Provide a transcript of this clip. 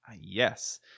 Yes